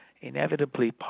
inevitably